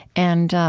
and